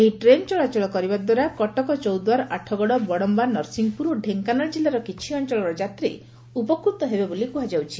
ଏହି ଟ୍ରେନ୍ ଚଳାଚଳ କରିବା ଦ୍ୱାରା କଟକ ଚୌଦ୍ୱାର ଆଠଗଡ଼ ବଡ଼ମ୍ୟା ନରସିଂହପୁର ଓ ଢେଙ୍କାନାଳ ଜିଲ୍ଗର କିଛି ଅଞ୍ଚଳର ଯାତ୍ରୀ ଉପକୃତ ହେବେ ବୋଲି କୁହାଯାଉଛି